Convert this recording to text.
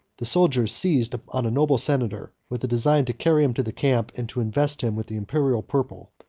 the soldiers seized on a noble senator, with a design to carry him to the camp, and to invest him with the imperial purple.